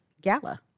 Gala